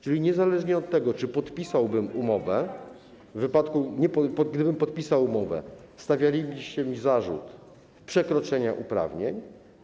Czyli niezależnie od tego, czy podpisałbym umowę, w wypadku gdybym podpisał umowę, stawialibyście mi zarzut przekroczenia uprawień.